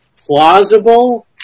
plausible